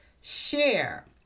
share